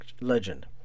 legend